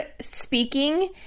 speaking